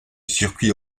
circuit